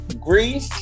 grief